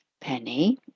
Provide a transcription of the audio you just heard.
Penny